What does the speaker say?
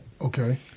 Okay